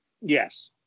Yes